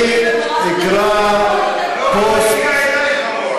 מה לעשות שאתם לא מבינים במוח?